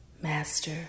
Master